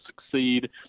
succeed